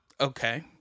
Okay